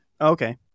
okay